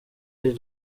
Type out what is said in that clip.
iri